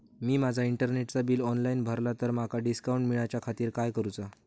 मी माजा इंटरनेटचा bill online भरला तर माका डिस्काउंट मिलाच्या खातीर काय करुचा?